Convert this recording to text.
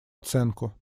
оценку